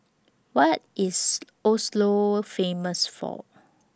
What IS Oslo Famous For